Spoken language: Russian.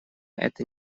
это